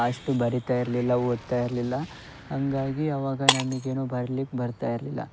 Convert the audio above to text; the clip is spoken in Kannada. ಅಷ್ಟು ಬರಿತಾ ಇರಲಿಲ್ಲ ಓದ್ತಾ ಇರಲಿಲ್ಲ ಹಂಗಾಗಿ ಆವಾಗ ನಮಗೆನು ಬರಿಲಿಕ್ಕೆ ಬರ್ತಾ ಇರಲಿಲ್ಲ